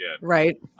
Right